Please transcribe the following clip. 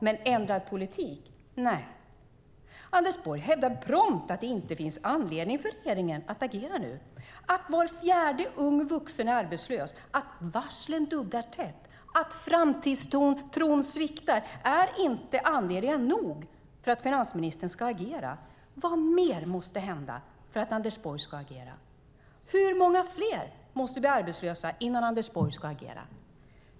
Men ändrad politik - nej. Anders Borg hävdar prompt att det inte finns anledning för regeringen att agera nu. Att var fjärde ung vuxen är arbetslös, att varslen duggar tätt och att framtidstron sviktar är inte anledning nog för finansministern att agera. Vad mer måste hända för att Anders Borg ska agera? Hur många fler måste bli arbetslösa innan Anders Borg ska agera?